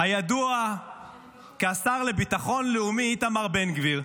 הידוע כשר לביטחון לאומי, איתמר בן גביר.